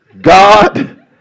God